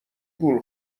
گول